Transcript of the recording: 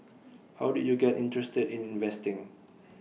how did you get interested in investing